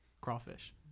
Crawfish